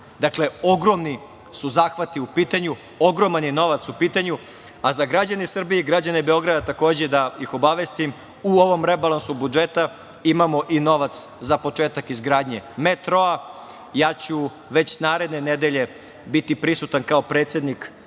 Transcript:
godine. Dakle, ogromni su zahvati u pitanju, ogroman je novac u pitanju, a za građane Srbije i građane Beograda, takođe da ih obavestim, u ovom rebalansu budžeta imamo i novac za početak izgradnje metroa. Ja ću već naredne nedelje biti prisutan kao predsednik